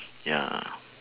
ya